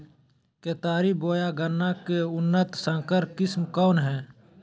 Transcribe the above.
केतारी बोया गन्ना के उन्नत संकर किस्म कौन है?